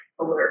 alert